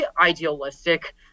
idealistic